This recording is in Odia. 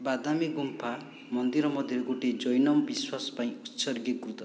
ବାଦାମି ଗୁମ୍ଫା ମନ୍ଦିର ମଧ୍ୟରୁ ଗୋଟିଏ ଜୈନ ବିଶ୍ୱାସ ପାଇଁ ଉତ୍ସର୍ଗୀକୃତ